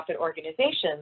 organizations